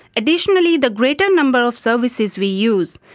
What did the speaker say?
additionally, the greater number of services we use,